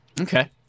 Okay